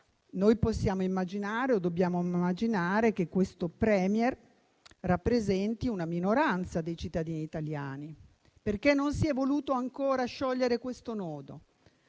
noi possiamo o dobbiamo immaginare che questo *Premier* rappresenti una minoranza dei cittadini italiani. Perché non si è voluto ancora sciogliere questo nodo?